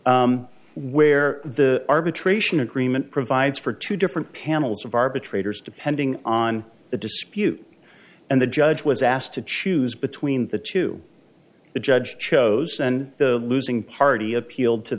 lucio where the arbitration agreement provides for two different panels of arbitrators depending on the dispute and the judge was asked to choose between the two the judge chose and the losing party appealed to